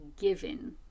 given